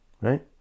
right